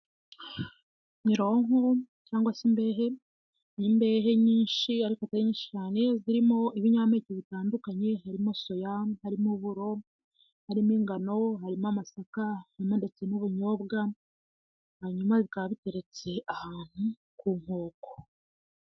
Mironko cyangwa se imbehe ni imbehe nyinshi ariko atari nyinshi cyane, zirimo ibinyampeke bitandukanye harimo soya, harimo uburo, harimo ingano, harimo amasaka, harimo ndetse n'ubunyobwa, hanyuma bikaba biteretse ahantu ku nkoko.